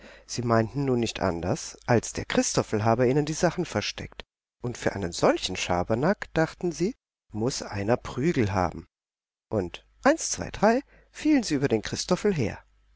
sie meinten nun nicht anders als der christophel habe ihnen die sachen versteckt und für einen solchen schabernack dachten sie muß einer prügel haben und eins zwei drei fielen sie über den christophel her